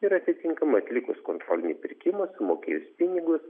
ir atitinkamai atlikus kontrolinį pirkimą sumokėjus pinigus